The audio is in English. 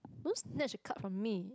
don't snatch the card from me